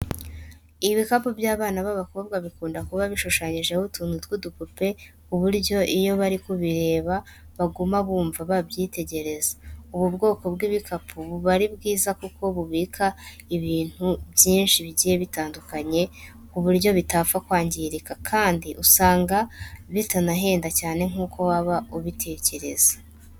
Ibikapu by'abana b'abakobwa bikunda kuba bishushanyijeho utuntu tw'udupupe ku buryo iyo bari kubireba baguma bumva babyitegereza. Ubu bwoko bw'ibikapu buba ari bwiza kuko bubika ibintu byinshi bigiye bitandukanye ku buryo bitapfa kwangirika kandi usanga bitanahenda cyane nk'uko waba ubitekereza.